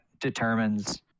determines